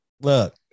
Look